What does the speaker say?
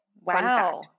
Wow